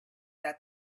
that